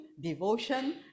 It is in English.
devotion